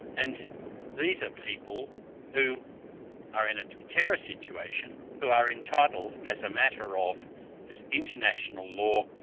and these are people who are in a terror situation who are entitled, as a matter of international law,